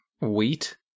Wheat